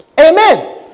Amen